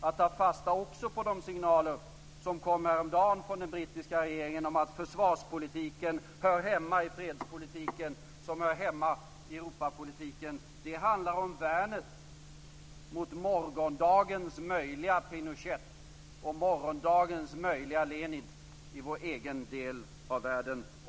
Det gäller att också ta fasta på de signaler som kom från den brittiska regeringen häromdagen att försvarspolitiken hör hemma i fredspolitiken, som hör hemma i Europapolitiken. Det handlar om värnet mot morgondagens möjliga Pinochet och morgondagens möjliga Lenin i vår egen del av världen.